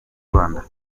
rwanda